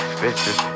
bitches